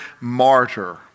martyr